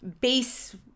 base